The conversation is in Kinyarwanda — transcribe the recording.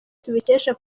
tubikesha